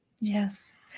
Yes